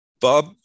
Bob